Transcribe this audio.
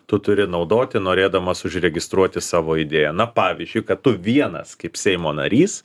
tu turi naudoti norėdamas užregistruoti savo idėją na pavyzdžiui kad tu vienas kaip seimo narys